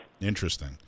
Interesting